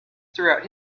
throughout